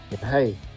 hey